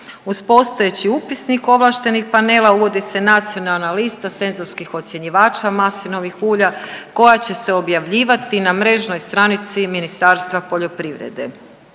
Uz postojeći upisnik ovlaštenih panela uvodi se nacionalna lista senzorskih ocjenjivača maslinovih ulja koja će se objavljivati na mrežnoj stranici Ministarstva poljoprivrede.